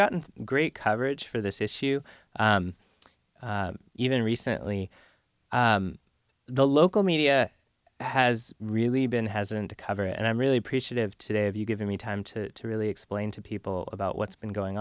gotten great coverage for this issue even recently the local media has really been hesitant to cover and i'm really appreciative today of you giving me time to really explain to people about what's been going